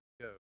go